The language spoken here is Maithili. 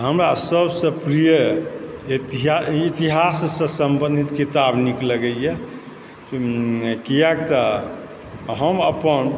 हमरा सभसँ प्रिय इतिहास इतिहाससँ सम्बंधित किताब नीक लगैए कियाकि तऽ हम अपन